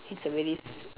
it's a very s~